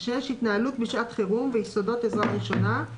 התנהלות בשעת חירום ויסודות עזרה ראשונה,